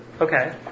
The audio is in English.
Okay